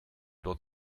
dort